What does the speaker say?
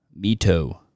Mito